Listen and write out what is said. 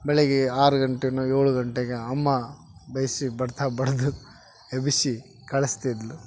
ಬೆಳಿಗ್ಗೆ ಆರು ಗಂಟೆನೊ ಏಳು ಗಂಟೆಗಾ ಅಮ್ಮ ಬೇಯಿಸಿ ಬಡಿತ ಬಡಿದು ಎಬ್ಬಿಸಿ ಕಳಸ್ತಿದ್ದಳು